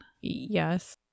Yes